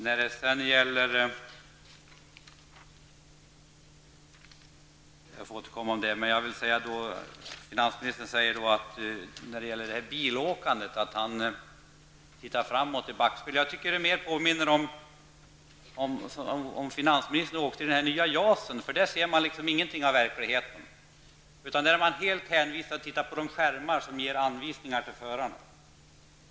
Finansministern säger att han tittar framåt i backspegeln. Men jag tycker att man i stället kan göra en annan jämförelse. Jag tänker då på det nya JAS-planet. När man färdas i detta ser man ingenting av verkligheten, utan då är man helt hänvisad till de skärmar som ger föraren av planet erforderliga anvisningar.